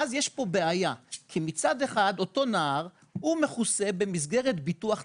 אז יש פה בעיה כי מצד אחד אותו נער מכוסה במסגרת ביטוח תלמידים,